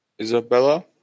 Isabella